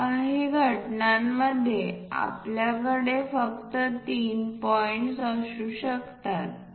काही घटनांमध्ये आपल्याकडे फक्त तीन पॉईंट्स असू शकतात